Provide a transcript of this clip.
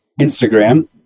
instagram